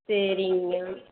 சரிங்க மேம்